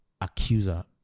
accuser